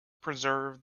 preserve